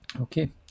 Okay